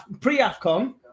pre-AFCON